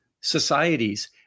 societies